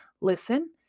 listen